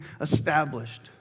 established